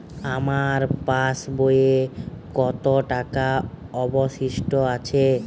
আমার পাশ বইয়ে কতো টাকা অবশিষ্ট আছে?